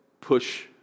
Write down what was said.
push